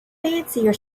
fancier